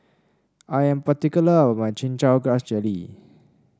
I am particular about my Chin Chow Grass Jelly